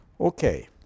Okay